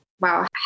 wow